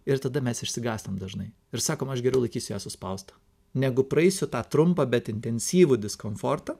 ir tada mes išsigąstam dažnai ir sakom aš geriau laikysiu ją suspaustą negu praeisiu tą trumpą bet intensyvų diskomfortą